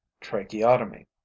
tracheotomy